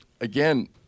again